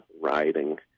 riding